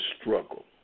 struggle